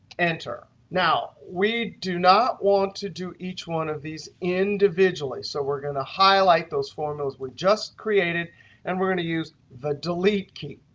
enter. now, we do not want to do each one of these individually. so we're going to highlight those formulas we've just created and we're going to use the delete key.